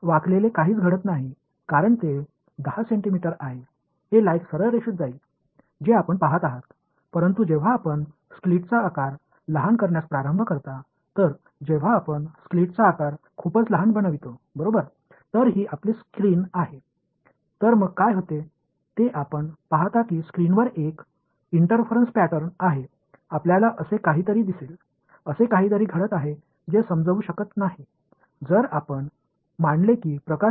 வளைவு எதுவும் இல்லையெனில் இது 10 சென்டிமீட்டர் ஆகும் இந்த ஒளி ஒரு நேர் கோட்டில் செல்லும் அதனால் தான் நீங்கள் பார்க்கிறீர்கள் ஆனால் நீங்கள் பிளவு அளவை சுருக்க ஆரம்பிக்கும் போது உங்கள் திரை பின்னால் என்ன நடக்கிறது என்றால் திரையில் ஒரு குறுக்கீடு போன்ற ஒன்றைக் கவனிப்பீர்கள் இதுபோன்ற ஒன்று நடக்கிறது இது ஒளியை வெறும் கதிர்கள் என்று நான் கருதினால் விளக்க முடியாது